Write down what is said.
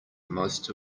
most